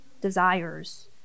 desires